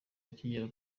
akigera